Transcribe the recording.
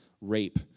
Rape